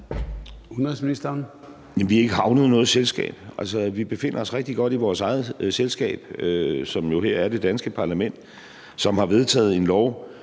vi er ikke havnet i noget selskab. Vi befinder os rigtig godt i vores eget selskab, som jo her er det danske parlament, og her har vi vedtaget en lov,